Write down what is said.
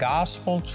Gospel